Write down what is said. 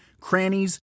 crannies